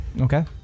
Okay